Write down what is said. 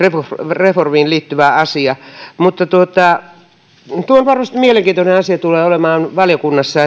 reformiin liittyvä asia mutta varmasti mielenkiintoinen asia tulee olemaan valiokunnassa